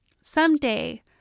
Someday